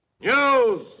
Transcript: News